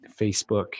Facebook